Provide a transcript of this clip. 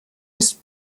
ist